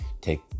take